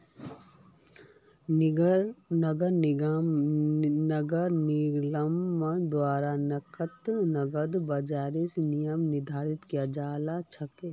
नगर निगमेर द्वारा नकद बाजारेर नियम निर्धारित कियाल जा छेक